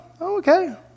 okay